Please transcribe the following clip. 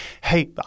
Hey